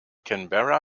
canberra